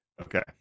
okay